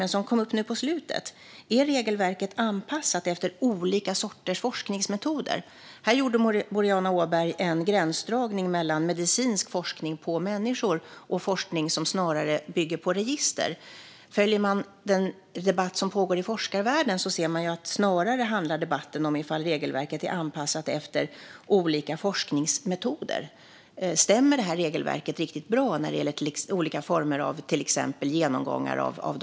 Den kom dock upp nu på slutet. Är regelverket anpassat efter olika sorters forskningsmetoder? Boriana Åberg gjorde här en gränsdragning mellan medicinsk forskning på människor och forskning som snarare bygger på register. Om man följer den debatt som pågår i forskarvärlden ser man att den snarare handlar om huruvida regelverket är anpassat efter olika forskningsmetoder. Stämmer regelverket riktigt bra när det gäller olika former av till exempel genomgångar av dokument?